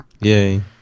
Yay